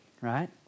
right